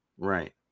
Right